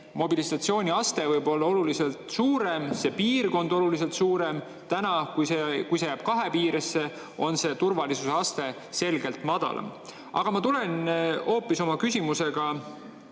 mobiilsusaste võib-olla oluliselt suurem ja see piirkond oluliselt suurem. Kui see jääb kahe piiresse, on see turvalisuse aste selgelt madalam. Aga ma lähen oma küsimusega